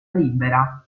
libera